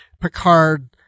Picard